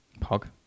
Pog